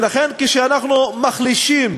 ולכן, כשאנחנו מחלישים